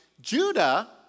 Judah